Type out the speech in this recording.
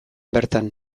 bertan